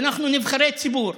שאנחנו נבחרי ציבור,